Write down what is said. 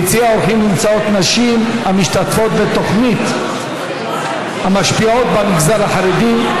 ביציע האורחים נמצאות נשים המשתתפות בתוכנית למשפיעות במגזר החרדי,